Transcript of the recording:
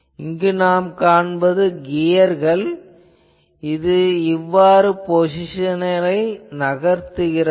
இங்கு நாம் காண்பது கியர்கள் இது இவ்வாறு பொசிசனரை நகர்த்துகிறது